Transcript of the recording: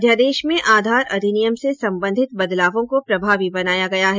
अध्यादेश में आधार अधिनियम से सम्बन्धित बदलावों को प्रभावी बनाया गया है